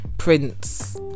Prince